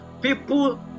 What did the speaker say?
people